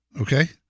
Okay